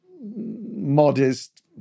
modest